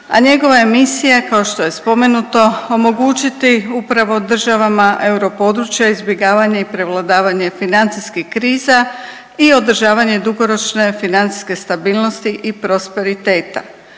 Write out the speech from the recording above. a njegova je misija kao što je spomenuto omogućiti upravo državama europodručja izbjegavanje i prevladavanje financijskih kriza i održavanje dugoročne financijske stabilnosti i prosperiteta.